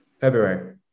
February